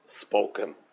spoken